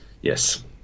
yes